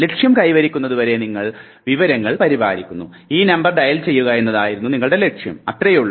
ലക്ഷ്യം കൈവരിക്കുന്നതുവരെ നിങ്ങൾ വിവരങ്ങൾ പരിപാലിക്കുന്നു ഈ നമ്പർ ഡയൽ ചെയ്യുക എന്നതാണ് ലക്ഷ്യം അത്രേയുള്ളൂ